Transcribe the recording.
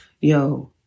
yo